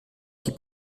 qui